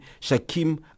Shakim